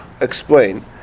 explain